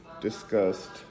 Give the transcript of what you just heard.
discussed